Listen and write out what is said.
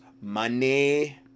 money